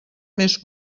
més